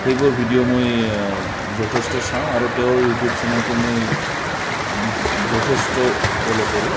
সেইবোৰ ভিডিঅ' মই যথেষ্ট চাওঁ আৰু তেওঁৰ ইউটিউব চেনেলটো মই বি যথেষ্ট ফ'ল' কৰোঁ